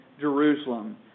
Jerusalem